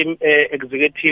Executive